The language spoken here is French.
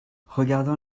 regardant